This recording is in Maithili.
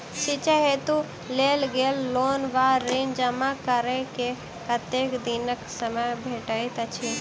शिक्षा हेतु लेल गेल लोन वा ऋण जमा करै केँ कतेक दिनक समय भेटैत अछि?